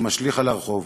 זה משליך על הרחוב,